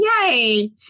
yay